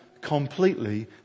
completely